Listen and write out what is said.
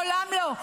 מעולם לא.